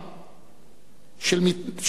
של נטבחי מינכן